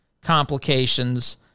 complications